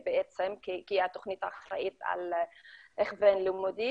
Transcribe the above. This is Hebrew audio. כתוכנית שאחראית על הכוון לימודי?